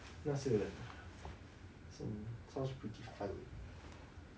那是 hmm sounds pretty fun